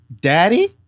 Daddy